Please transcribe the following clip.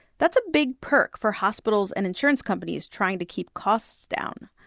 that's a big perk for hospitals and insurance companies trying to keep costs down.